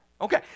Okay